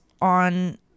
on